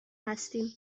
هستیم